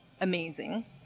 amazing